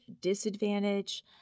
disadvantage